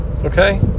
Okay